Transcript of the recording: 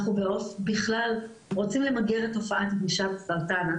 אנחנו רוצים למגר את תופעת הבושה בסרטן,